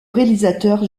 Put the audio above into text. réalisateur